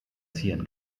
ziehen